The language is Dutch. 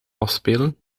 afspelen